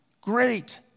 great